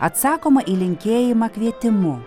atsakoma į linkėjimą kvietimu